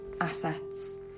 assets